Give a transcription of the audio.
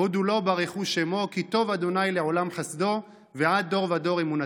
הודו לו ברכו שמו כי טוב ה' לעולם חסדו ועד דֹר ודֹר אמונתו".